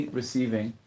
receiving